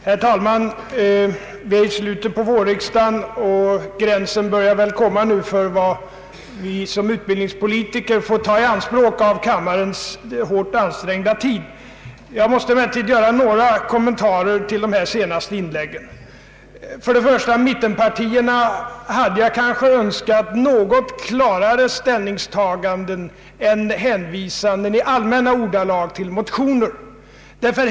Herr talman! Vi är i slutet av vårriksdagen och närmar oss väl gränsen för vad vi som utbildningspolitiker får ta i anspråk av kammarens hårt ansträngda tid. Jag måste emellertid göra några kommentarer till de senaste inläggen. Av mittenpartierna hade jag kanske önskat något klarare ställningstaganden än hänvisanden i allmänna ordalag till motioner.